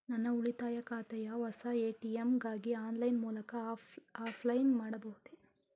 ನನ್ನ ಉಳಿತಾಯ ಖಾತೆಯ ಹೊಸ ಎ.ಟಿ.ಎಂ ಗಾಗಿ ಆನ್ಲೈನ್ ಮೂಲಕ ಅಪ್ಲೈ ಮಾಡಬಹುದೇ?